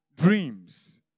dreams